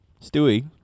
Stewie